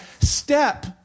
step